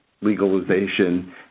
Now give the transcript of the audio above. legalization